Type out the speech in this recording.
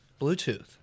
Bluetooth